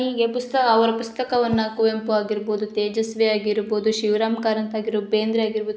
ಹೀಗೆ ಪುಸ್ತಕ ಅವರ ಪುಸ್ತಕವನ್ನು ಕುವೆಂಪು ಆಗಿರ್ಬೌದು ತೇಜಸ್ವಿ ಆಗಿರ್ಬೌದು ಶಿವರಾಮ ಕಾರಂತ ಆಗಿರ್ಬೌದು ಬೇಂದ್ರೆ ಆಗಿರ್ಬೌದು